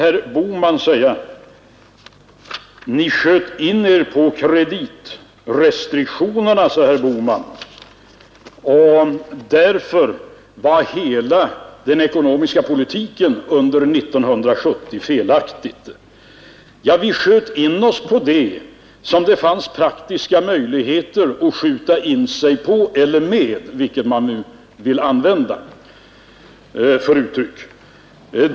Herr Bohman säger att vi sköt in oss på kreditrestriktionerna, och därför var hela den ekonomiska politiken under 1970 felaktig. Ja, vi sköt in oss på det som det fanns praktiska möjligheter att skjuta in sig på — eller med, vilket uttryck man nu vill använda.